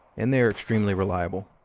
and they are extremely reliable.